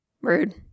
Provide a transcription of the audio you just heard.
Rude